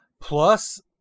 Plus